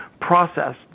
process